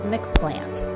McPlant